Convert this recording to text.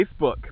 Facebook